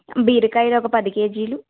బీరకాయలు ఒక పది కేజీలు